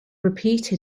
repeated